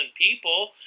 people